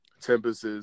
Tempest's